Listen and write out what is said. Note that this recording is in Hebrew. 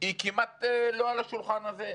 היא כמעט לא על השולחן הזה.